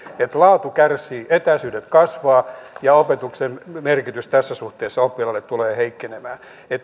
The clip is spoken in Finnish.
että laatu kärsii etäisyydet kasvavat ja opetuksen merkitys tässä suhteessa oppilaille tulee heikkenemään